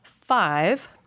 five